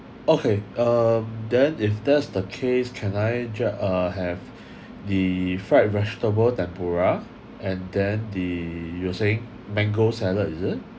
okay um then if that's the case can I ju~ uh have the fried vegetable tempura and then the you saying mango salad is it